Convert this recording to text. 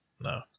No